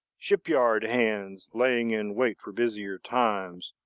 shipyard hands lying in wait for busier times,